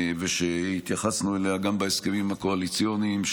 והתייחסנו אליה גם בהסכמים הקואליציוניים,